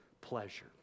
pleasure